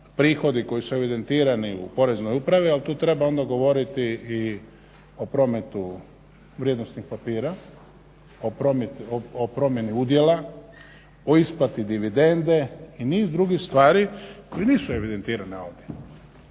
prihodi koji su evidentirani u Poreznoj upravi, ali tu treba onda govoriti i o prometu vrijednosnih papira, o promjeni udjela, o isplati dividende i niz drugih stvari koje nisu evidentirane ovdje.